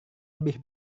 lebih